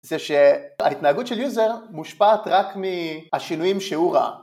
זה שההתנהגות של יוזר מושפעת רק מהשינויים שהוא ראה.